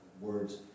words